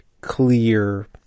clear